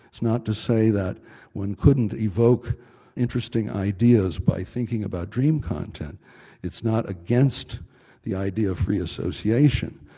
it's not to say that one couldn't evoke interesting ideas by thinking about dream content it's not against the idea of free association,